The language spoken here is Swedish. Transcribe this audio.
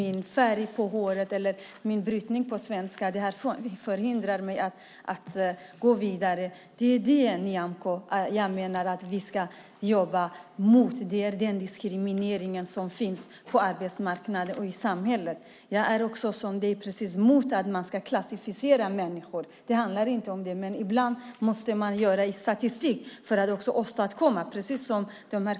Min färg på håret eller min brytning förhindrar mig att gå vidare. Det är detta, Nyamko, som jag menar att vi ska jobba mot. Det är den diskriminering som finns på arbetsmarknaden och i samhället. Jag är också emot att man ska klassificera människor. Det handlar inte om det. Men ibland måste man göra statistik för att åstadkomma något.